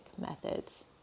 methods